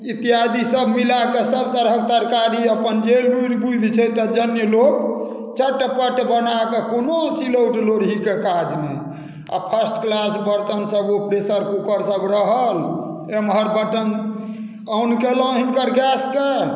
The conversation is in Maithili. इत्यादिसभ मिला कऽ सभ तरहक तरकारी अपन जे लुरि बुद्धि छै तद्जन्य लोग चटपट बना कऽ कोनो सिलौट लोरहीके काज नहि आ फर्स्ट क्लास बरतनसभ ओ प्रेशर कूकरसभ रहल एमहर बटन ऑन केलहुँ हिनकर गैसके